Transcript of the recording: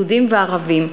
יהודים וערבים.